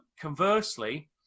conversely